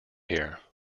here